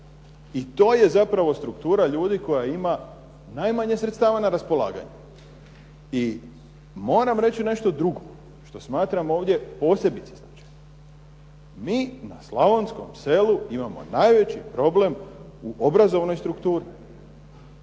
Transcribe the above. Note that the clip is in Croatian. I to je zapravo struktura ljudi koja ima najmanje sredstava na raspolaganju. I moram reći nešto drugo što smatram ovdje posebice značajno. Mi na slavonskom selu imamo najveći problem u obrazovnoj strukturi